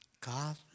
God